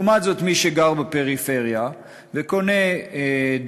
לעומת זאת, מי שגר בפריפריה וקונה דירה